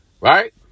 right